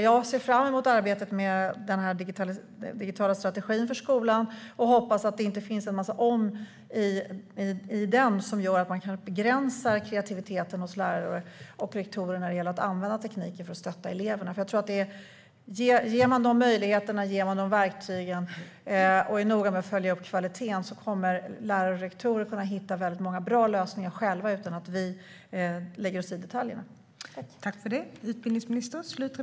Jag ser fram emot arbetet med den digitala strategin för skolan och hoppas att det inte finns en massa om i den som gör att man begränsar kreativiteten hos lärare och rektorer när det gäller att använda tekniken för att stötta eleverna. Ger man dem möjligheten och verktygen och är noga med att följa upp kvaliteten kommer lärare och rektorer att kunna hitta väldigt många bra lösningar själva utan att vi lägger oss i detaljerna.